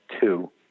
two